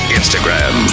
Instagram